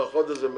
לא, חודש זה מעט.